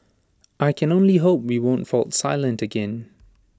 I can only hope we won't fall silent again